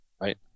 right